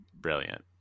brilliant